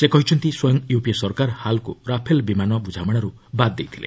ସେ କହିଛନ୍ତି ସ୍ୱୟଂ ୟୁପିଏ ସରକାର ହାଲ୍କୁ ରାଫେଲ୍ ବିମାନ ବୁଝାମଣାରୁ ବାଦ୍ ଦେଇଥିଲେ